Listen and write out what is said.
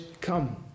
come